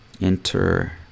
enter